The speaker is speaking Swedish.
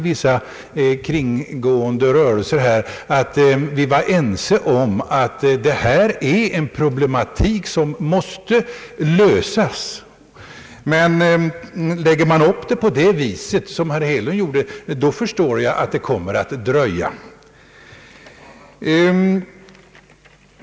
Jag trodde att vi var ense om att denna problematik måste lösas. Men lägger man upp frågan som herr Hedlund gjorde då förstår jag att det kommer att dröja.